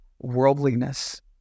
worldliness